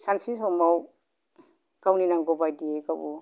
सानसे समाव गावनि नांगौ बायदियै गावबागाव